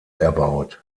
erbaut